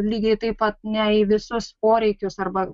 lygiai taip pat ne į visus poreikius arba